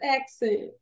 accent